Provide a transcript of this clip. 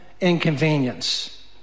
inconvenience